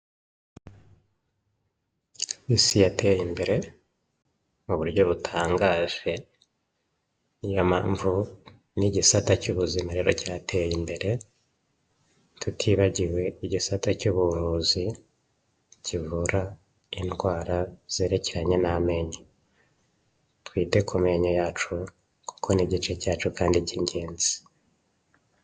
Isi yateye mbere mu buryo butangaje, niyo mpamvu n'igisata cy'ubuvuzi rero cyateye imbere, tutibagiwe igisata cy'ubuvuzi kivura indawara zerekeranye n'amenyo, twite ku menye yacu kuko ni igice cyacu kandi k'ingenzi.